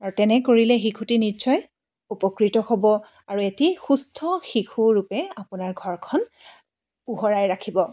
আৰু তেনে কৰিলে শিশুটি নিশ্চয় উপকৃত হ'ব আৰু এটি সুস্থ শিশুৰূপে আপোনাৰ ঘৰখন পোহৰাই ৰাখিব